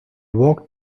walked